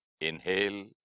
Inhale